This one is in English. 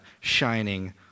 shining